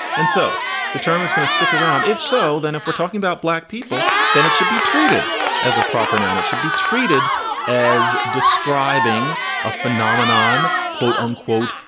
and so the term is going to stick around. if so, then if we're talking about black people, then it should be treated as a proper noun. it should be treated as describing a phenomenon, quote unquote,